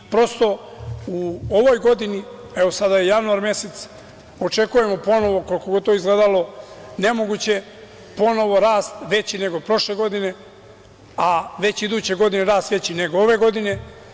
U ovoj godini, sada je januar mesec, očekujemo ponovo, koliko god to izgledalo nemoguće, rast veći nego prošle godine, a već iduće godine rast veći nego ove godine.